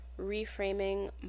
reframing